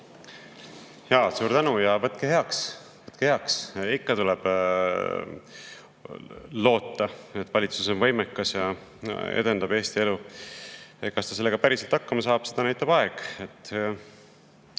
Suur tänu ja võtke heaks! Võtke heaks! Ikka tuleb loota, et valitsus on võimekas ja edendab Eesti elu. Kas ta sellega päriselt hakkama saab, seda näitab aeg.